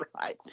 right